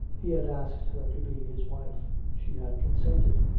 he had asked her to be his wife. she had consented,